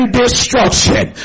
destruction